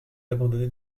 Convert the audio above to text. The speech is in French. abandonnée